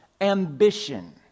ambition